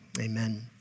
amen